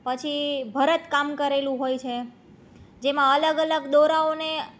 પછી ભરતકામ કરેલું હોય છે જેમાં અલગ અલગ દોરાઓને